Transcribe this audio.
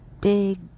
Big